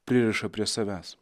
pririša prie savęs